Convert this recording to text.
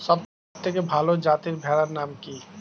সবথেকে ভালো যাতে ভেড়ার নাম কি?